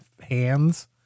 hands